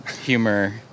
humor